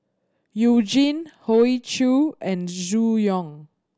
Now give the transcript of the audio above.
You Jin Hoey Choo and Zhu Hong